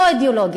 לא אידיאולוגית.